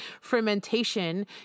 fermentation